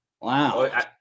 Wow